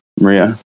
maria